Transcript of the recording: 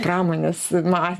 pramonės na